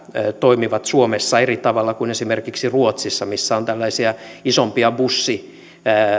toimivat suomessa eri tavalla kuin esimerkiksi ruotsissa missä on tällaisia isompia